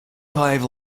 five